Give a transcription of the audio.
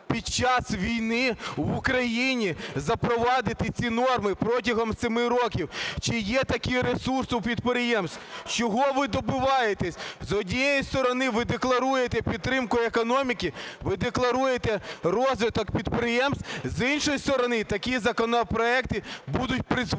під час війни в Україні, запровадити ці норми протягом 7 років? Чи є такий ресурс у підприємств? Чого ви добиваєтесь? З однієї сторони, ви декларуєте підтримку економіки, ви декларуєте розвиток підприємств; з іншої сторони, такі законопроекти будуть призводити